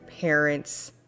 parents